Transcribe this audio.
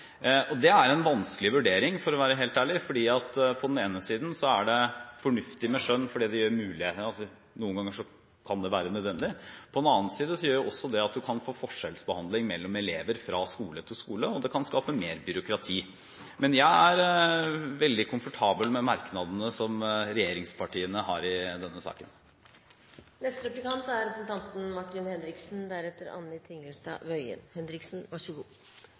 omstendigheter. Det er en vanskelig vurdering – for å være helt ærlig – for på den ene side er det fornuftig med skjønn fordi det noen ganger kan være nødvendig. På den annen side gjør det også at man kan få forskjellsbehandling mellom elever fra skole til skole, og det kan skape mer byråkrati. Men jeg er veldig komfortabel med merknadene som regjeringspartiene har i denne saken. Stortingets flertall har nå lagt en god del føringer i merknadene som flertallet er